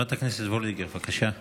חברת הכנסת וולדיגר, בבקשה.